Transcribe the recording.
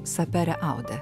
sapere aude